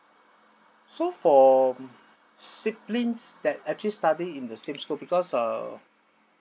so for siblings that actually study in the same school because uh